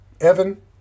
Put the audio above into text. Evan